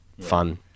fun